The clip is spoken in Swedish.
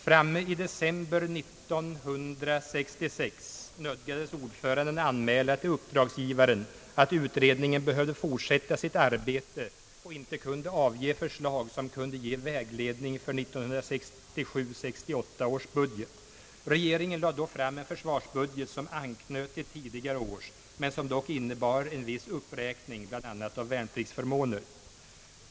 Framme i december 1966 nödgades ordföranden meddela uppdragsgivaren att utredningen behövde fortsätta sitt arbete och att den inte kunde avge förslag som kunde ge vägledning för 1967/68 års budget. Regeringen lade då fram en försvarsbudget som anknöt till tidigare års men som dock innebar en viss uppräkning, bl.a. av värnpliktigförmåner.